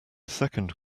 second